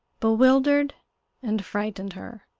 bewildered and frightened her.